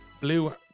Blue